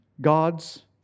God's